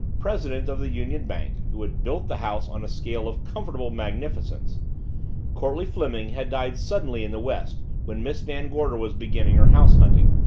president of the union bank, who had built the house on a scale of comfortable magnificence courtleigh fleming had died suddenly in the west when miss van gorder was beginning her house hunting.